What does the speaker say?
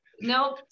Nope